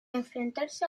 enfrentarse